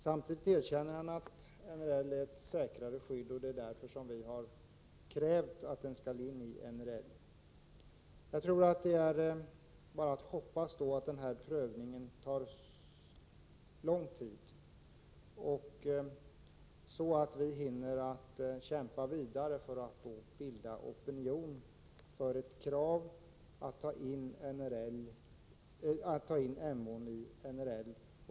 Samtidigt erkänner Magnus Persson att NRL ger ett säkrare skydd. Det är därför vi har krävt att Emån skall tas in i NRL. Det är bara att hoppas att denna prövning tar lång tid, så att vi hinner kämpa vidare för att bilda opinion för ett krav att ta in Emån i NRL.